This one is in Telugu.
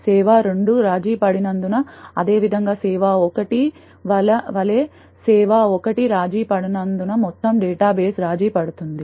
సేవ 2 రాజీపడినందున అదేవిధంగా సేవ 1 వలె సేవ 1 రాజీపడినందున మొత్తం డేటా బేస్ రాజీపడుతుంది